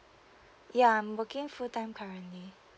ya I'm working full time currently